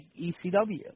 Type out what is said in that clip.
ECW